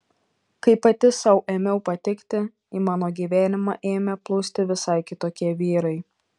kai pati sau ėmiau patikti į mano gyvenimą ėmė plūsti visai kitokie vyrai